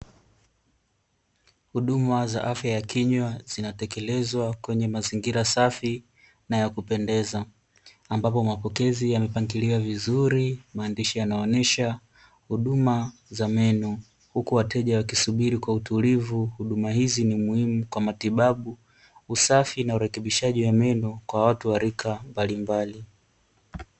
Huduma za afya ya kinywa zinatekelezwa kwenye mazingira safi na ya kupendeza ambapo mapokezi yamepangiliwa vizuri maandishi yanaonyesha huduma za meno huku wateja wakisubiri huduma kwa utulivu huduma hizi kwa matibabu usafi na urekebishaji wa meno kwa watu wa rika mbalimbali.